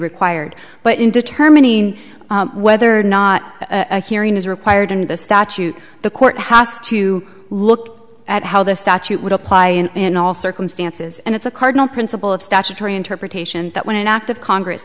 required but in determining whether or not i carry on as required in the statute the court house to look at how the statute would apply and in all circumstances and it's a cardinal principle of statutory interpretation that when an act of congress